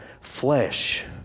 flesh